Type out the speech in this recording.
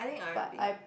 but I